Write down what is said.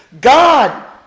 God